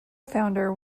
founder